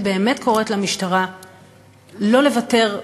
אני באמת קוראת למשטרה לא לוותר,